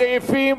גם סעיף 8,